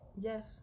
Yes